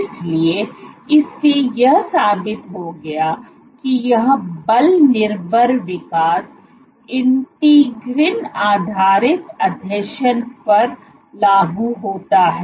इसलिए इससे यह साबित हो गया कि यह बल निर्भर विकास इंटीग्रीन आधारित आसंजन पर लागू होता है